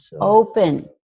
Open